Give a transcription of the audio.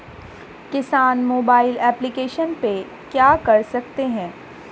किसान mobile application पे क्या क्या कर सकते हैं?